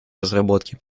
разработки